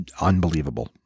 unbelievable